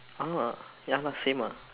ah ya lah same ah